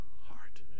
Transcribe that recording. heart